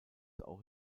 auch